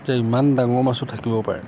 যে ইমান ডাঙৰ মাছো থাকিব পাৰে